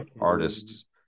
artists